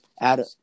add